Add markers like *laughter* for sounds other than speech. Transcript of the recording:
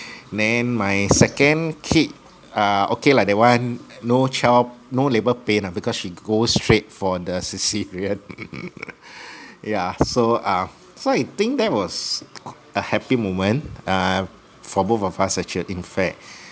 then my second kid err okay lah that one no child no labour pain lah because she go straight for the cesarean *laughs* yeah so ah so I think that was a happy moment uh for both of us actually in fact